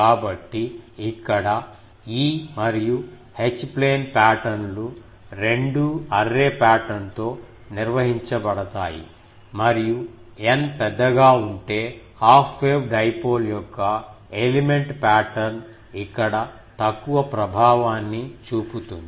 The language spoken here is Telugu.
కాబట్టి ఇక్కడ E మరియు H ప్లేన్ పాటర్న్ లు రెండూ అర్రే పాటర్న్ తో నిర్వహించబడతాయి మరియు N పెద్దగా ఉంటే హఫ్ వేవ్ డైపోల్ యొక్క ఎలిమెంట్ పాటర్న్ ఇక్కడ తక్కువ ప్రభావాన్ని చూపుతుంది